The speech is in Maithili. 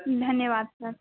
धन्यवाद सर